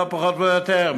לא פחות ולא יותר,